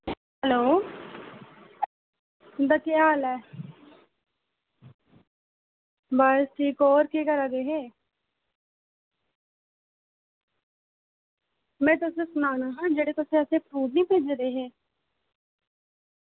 hello तुंदा केह् हाल ऐ बस ठीक होर केह् करै दे हे में तुसें ई सनाना हा जेह्ड़े तुसें असें ई फ्रूट निं भेजे दे हे